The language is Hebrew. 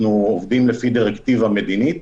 אנחנו עובדים לפי דירקטיבה מדינית,